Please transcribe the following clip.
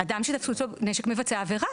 אדם שתפסו אצלו נשק מבצע עבירה.